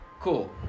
cool